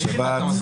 בכולל.